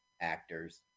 actors